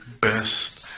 best